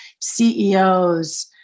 CEOs